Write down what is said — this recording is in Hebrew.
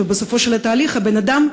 ובסופו של התהליך הבן-אדם,